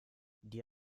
die